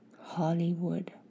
Hollywood